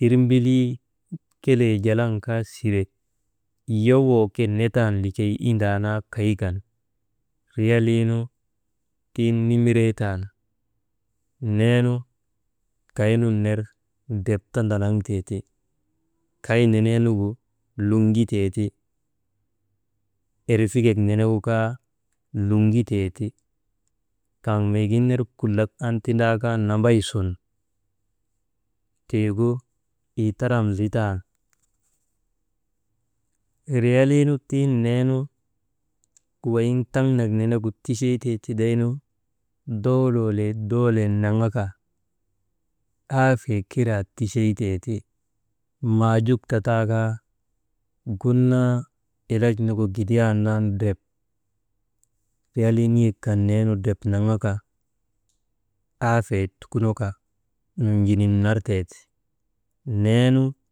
Tirmbilii kelee jalan kaa sire yowoo ke netan likey indaa naa kay kan, riyaliinu tiŋ nimirey tan, neenu kay nun ner drep ta ndanaŋtee ti, kay neneenugu luŋuteeti, erfikek nenegu kaa luŋutee ti, kaŋ miigin ner kullak an tindaa kaa nambay sun tiigu itaram zitan, riyaliinu tiŋ neenu weyiŋ taŋ nak nenegu ticheytee tidaynu doolee lee, doolee naŋaka aafee kiraa ticheytee ti, maaguk ti taa kaa gun naa ilaj nugu gidiyandaanu riyalii niyek kan naa neenu drep naŋaka aafee tukunoka nunjinin nar tee ti, neenu.